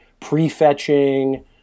prefetching